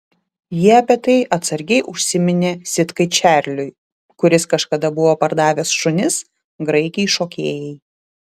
ji apie tai atsargiai užsiminė sitkai čarliui kuris kažkada buvo pardavęs šunis graikei šokėjai